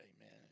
amen